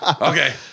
Okay